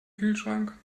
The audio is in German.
kühlschrank